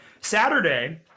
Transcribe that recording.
Saturday